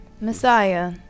messiah